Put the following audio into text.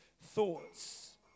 thoughts